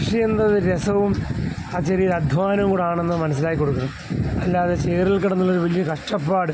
കൃഷി എന്നത് രസവും ആ ചെറിയൊരു അധ്വാനവും കൂടെയാണെന്ന് മനസ്സിലാക്കി കൊടുക്കണം അല്ലാതെ ചേറിൽ കിടന്നുള്ള ഒരു വലിയ ഒരു കഷ്ടപ്പാട്